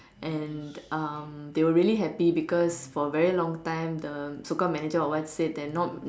and um they were really happy because for a really long time the so called manager of what said that not